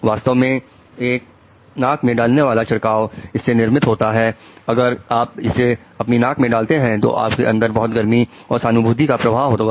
वास्तव में एक नाक में डालने वाला छिड़काव इससे निर्मित है अगर आप उसे अपनी नाक में डालते हैं तो आपके अंदर बहुत गर्मी और सहानुभूति का प्रवाह होगा